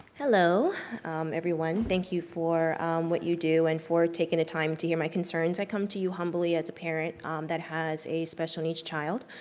hello everyone, thank you for what you do and for taking the time to hear my concerns. i come to you humbly as a parent um that has a special needs child.